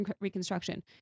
reconstruction